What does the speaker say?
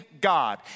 God